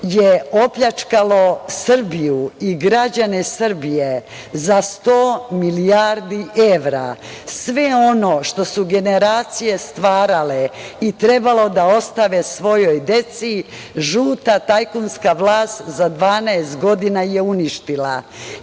je opljačkalo Srbiju i građane Srbije za 100 milijardi evra. Sve ono što su generacije stvarale i trebalo da ostave svojoj deci žuta tajkunska vlast za 12 godina je uništila.I